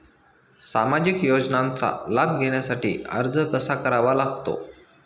सामाजिक योजनांचा लाभ घेण्यासाठी अर्ज कसा करावा लागतो?